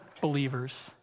believers